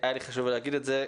היה לי חשוב להגיד את זה,